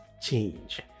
change